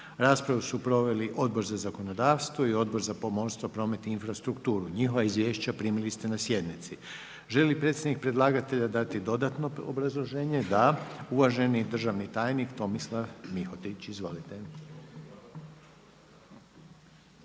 Raspravu su proveli Odbor za zakonodavstvo i Odbor za pomorstvo, promet i infrastrukturu. Njihova izvješća primili ste na sjednici. Želi li predstavnik predlagatelja dati dodatno obrazloženje? Da. Uvaženi državni tajnik Tomislav Mihotić, izvolite.